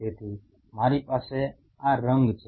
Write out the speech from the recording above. તેથી મારી પાસે આ રંગ છે